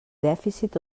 dèficit